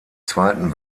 zweiten